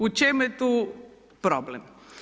U čemu je tu problem?